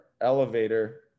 elevator